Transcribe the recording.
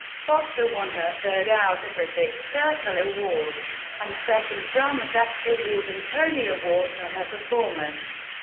foster won her third outer critics circle award and second drama desk award and tony award for her performance.